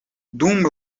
dum